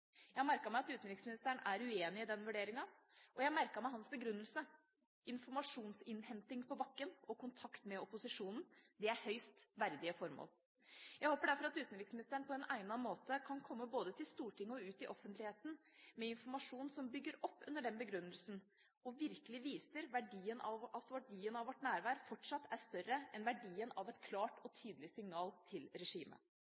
Jeg har merket meg at utenriksministeren er uenig i den vurderingen, og jeg har merket meg hans begrunnelse: informasjonsinnhenting på bakken og kontakt med opposisjonen. Det er høyst verdige formål. Jeg håper derfor at utenriksministeren på en egnet måte kan komme både til Stortinget og ut i offentligheten med informasjon som bygger opp under den begrunnelsen, og virkelig viser at verdien av vårt nærvær fortsatt er større enn verdien av et klart og